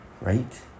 right